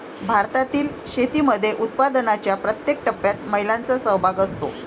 भारतातील शेतीमध्ये उत्पादनाच्या प्रत्येक टप्प्यात महिलांचा सहभाग असतो